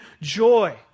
joy